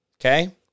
okay